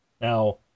Now